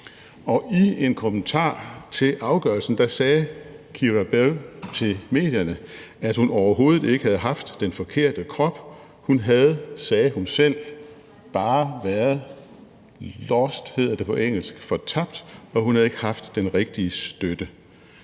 i en kommentar til afgørelsen sagde Keira Bell til medierne, at hun overhovedet ikke havde haft den forkerte krop; hun havde, sagde hun selv, bare været lost, som det hedder på engelsk, altså fortabt, og hun havde ikke haft den rigtige støtte.